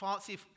See